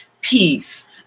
peace